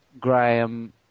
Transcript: Graham